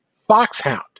Foxhound